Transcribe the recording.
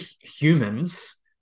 humans